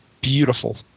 beautiful